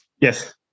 yes